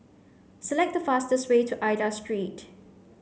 select the fastest way to Aida Street